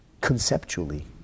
conceptually